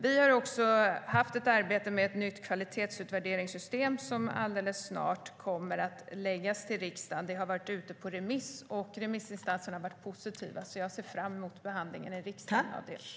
Vi har haft ett arbete med ett förslag till nytt kvalitetsutvärderingssystem som snart kommer att läggas fram till riksdagen. Det har varit ute på remiss, och remissinstanserna har varit positiva. Jag ser därför fram emot riksdagens behandling av förslaget.